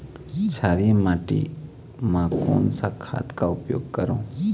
क्षारीय माटी मा कोन सा खाद का उपयोग करों?